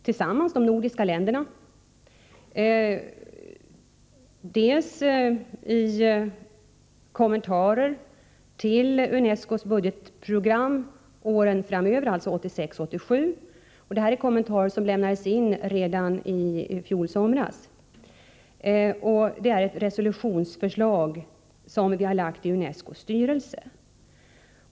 Vi har bl.a. gjort det i kommentarer till UNESCO:s budgetprogram för åren 1986 och 1987. Dessa kommentarer lämnade vi redan i somras. Vi har vidare lagt fram ett resolutionsförslag i UNESCO:s styrelse.